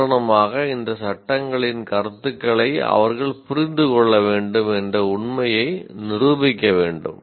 உதாரணமாக இந்த சட்டங்களின் கருத்துக்களை அவர்கள் புரிந்து கொள்ள வேண்டும் என்ற உண்மையை நிரூபிக்க வேண்டும்